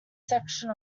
section